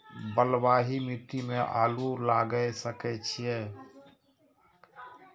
बलवाही मिट्टी में आलू लागय सके छीये?